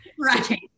Right